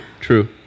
true